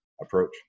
approach